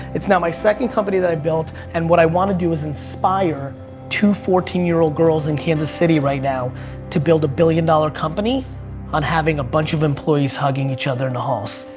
it's now my second company that i built. and what i want to do is inspire two fourteen year old girls in kansas city right now to build a billion dollar company on having a bunch of employees hugging each other in the halls.